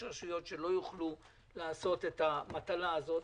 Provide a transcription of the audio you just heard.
רשויות שלא יוכלו לעשות את המטלה הזאת,